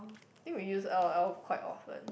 I think we use l_o_l quite often